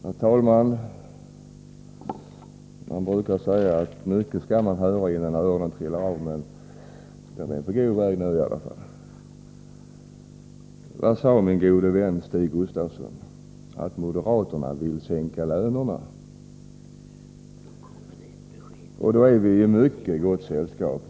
Herr talman! Det brukar sägas att man skall höra mycket innan öronen trillar av, men nu är de på god väg. Vad sade min vän Stig Gustafsson? Jo, att moderaterna vill sänka lönerna. Då är vi i mycket gott sällskap.